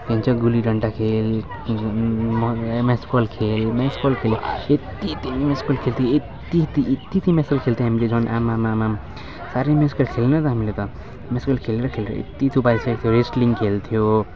के भन्छ गुली डन्डा खेल मेसकल खेल मेसकल खेल यति यति मेसकल खेल्थ्यो यति यति यति यति मेसकल खेल्थ्यो हामीले झन् आमामामा साह्रै मेसकल खेलेन त हामीले त मेसकल खेलेर खेलेर यत्ति थुपारिसकेको थियो रेसलिङ खेल्थ्यो